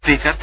speaker P